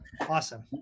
Awesome